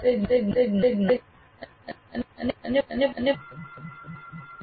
અન્ય એક સિદ્ધાંત છે આપ વિદ્યાર્થીને તેની પાછળના બધા સિદ્ધાંતને સમજ્યા વિના જ્ઞાનને લાગુ કરવા માટે કહો